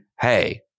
hey